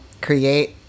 create